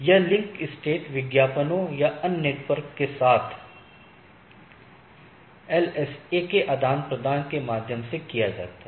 यह link state विज्ञापनों या अन्य नेटवर्क के साथ एलएसए के आदान प्रदान के माध्यम से किया जाता है